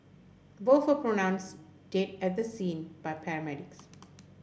both were pronounced dead at the scene by paramedics